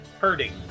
hurting